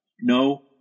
No